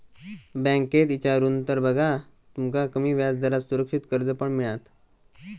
बँकेत इचारून तर बघा, तुमका कमी व्याजदरात सुरक्षित कर्ज पण मिळात